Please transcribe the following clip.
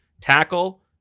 tackle